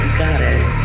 goddess